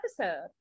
episode